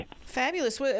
Fabulous